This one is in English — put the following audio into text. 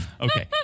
Okay